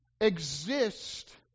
exist